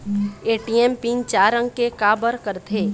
ATM pin चार अंक के का बर करथे?